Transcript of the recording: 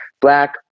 black